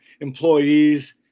employees